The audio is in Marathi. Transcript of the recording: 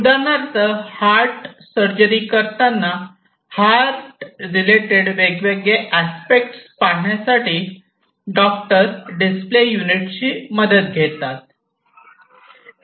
उदाहरणार्थ हार्ट सर्जरी करताना हार्ट रिलेटेड वेगवेगळे अपेक्स पाहण्यासाठी डॉक्टर डिस्प्ले युनिटची मदत घेतात